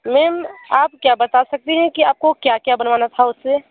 ma'am आप क्या बता सकती हैं कि आप को क्या क्या बनवाना था उस से